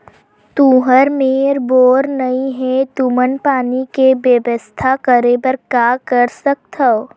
तुहर मेर बोर नइ हे तुमन पानी के बेवस्था करेबर का कर सकथव?